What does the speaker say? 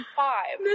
five